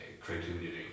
creativity